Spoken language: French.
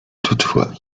toutefois